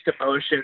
emotions